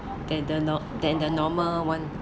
than the no~ than the normal one